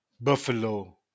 Buffalo